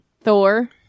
Thor